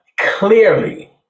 clearly